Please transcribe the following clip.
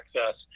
Access